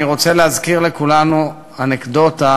אני רוצה להזכיר לכולנו אנקדוטה,